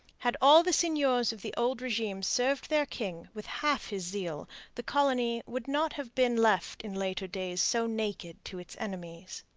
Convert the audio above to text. had all the seigneurs of the old regime served their king with half his zeal the colony would not have been left in later days so naked to its enemies.